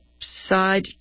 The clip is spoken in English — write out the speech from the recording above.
side